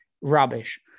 Rubbish